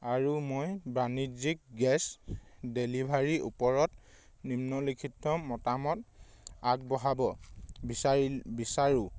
আৰু মই বাণিজ্যিক গেছ ডেলিভাৰীৰ ওপৰত নিম্নলিখিত মতামত আগবঢ়াব বিচাৰি বিচাৰোঁ